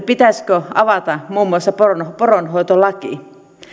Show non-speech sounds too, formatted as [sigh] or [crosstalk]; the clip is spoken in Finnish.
[unintelligible] pitäisikö avata muun muassa poronhoitolaki